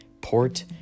Port